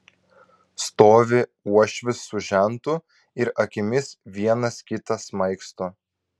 stovi uošvis su žentu ir akimis vienas kitą smaigsto